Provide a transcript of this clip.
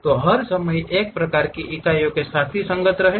तो हर समय एक प्रकार की इकाइयों के साथ संगत रहें